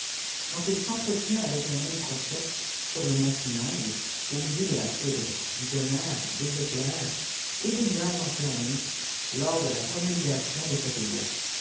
recevoir sakfcquandil sentretient avec le même prophète sur le mont sinaî au mùiau dô k foudre du tonnerre des éclairs et des nuages nqammés lors de la promulgation de cette loi